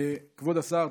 כבוד השר,